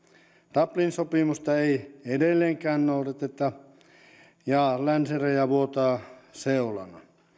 dublin sopimusta ei edelleenkään noudateta ja länsiraja vuotaa seulana